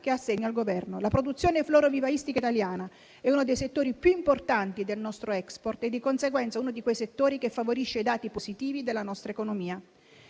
assegna al Governo. La produzione florovivaistica italiana è uno dei settori più importanti del nostro *export* e, di conseguenza, uno di quei settori che favorisce i dati positivi della nostra economia.